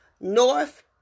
North